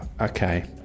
Okay